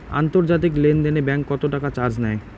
আন্তর্জাতিক লেনদেনে ব্যাংক কত টাকা চার্জ নেয়?